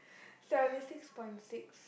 seventy six point six